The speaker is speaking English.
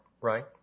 right